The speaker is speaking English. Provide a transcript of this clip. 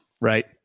right